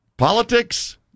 politics